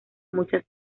muchas